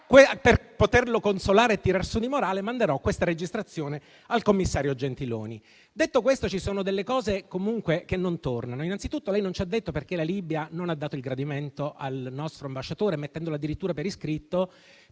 Per consolarlo e tirarlo su di morale, manderò questa registrazione al commissario Gentiloni. Detto questo, ci sono comunque delle cose che non tornano. Innanzitutto lei non ci ha detto perché la Libia non ha dato il gradimento al nostro ambasciatore, mettendolo addirittura per iscritto.